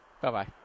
Bye-bye